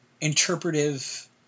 interpretive